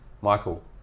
Michael